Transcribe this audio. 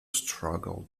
struggle